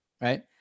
Right